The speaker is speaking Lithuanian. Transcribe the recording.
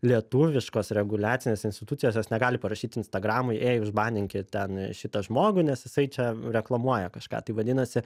lietuviškos reguliacinės institucijos jos negali parašyt instagramui ei užbandykit ten šitą žmogų nes jisai čia reklamuoja kažką tai vadinasi